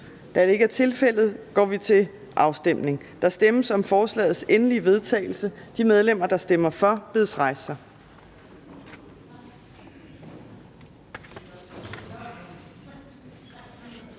Afstemning Formanden (Henrik Dam Kristensen): Der stemmes om forslagets endelige vedtagelse. De medlemmer, der stemmer for, bedes rejse sig.